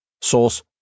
Source